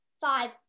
five